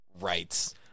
rights